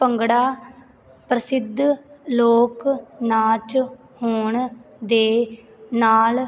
ਭੰਗੜਾ ਪ੍ਰਸਿੱਧ ਲੋਕ ਨਾਚ ਹੋਣ ਦੇ ਨਾਲ